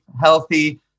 healthy